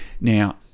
now